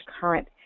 current